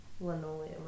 linoleum